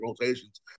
rotations